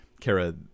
Kara